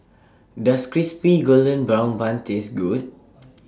Does Crispy Golden Brown Bun Taste Good